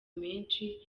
menshi